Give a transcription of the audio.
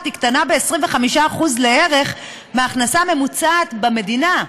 קטנה ב-25% לערך מההכנסה הממוצעת במדינה,